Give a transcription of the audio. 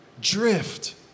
Drift